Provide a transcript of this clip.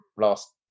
last